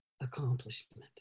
accomplishment